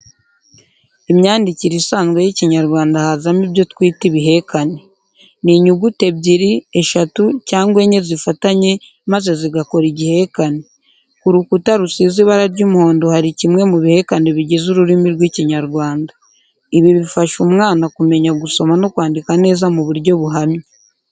Imyandikire isanzwe y'Ikinyarwanda hazamo ibyo twita ibihekane. Ni inyuguti ebyiri, eshatu cyangwa enye zifatanye maze zigakora igihekane. Ku rukuta rusize ibara ry'umuhondo hari kimwe mu bihakene bigize ururimi rw'Ikinyarwanda. Ibi bifasha umwana kumenya gusoma no kwandika neza mu buryo buhamye.